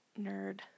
nerd